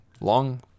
long